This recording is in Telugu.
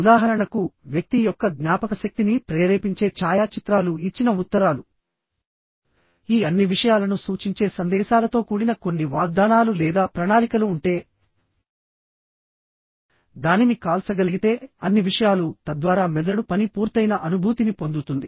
ఉదాహరణకు వ్యక్తి యొక్క జ్ఞాపకశక్తిని ప్రేరేపించే ఛాయాచిత్రాలు ఇచ్చిన ఉత్తరాలు ఈ అన్ని విషయాలను సూచించే సందేశాలతో కూడిన కొన్ని వాగ్దానాలు లేదా ప్రణాళికలు ఉంటే దానిని కాల్చగలిగితే అన్ని విషయాలు తద్వారా మెదడు పని పూర్తయిన అనుభూతిని పొందుతుంది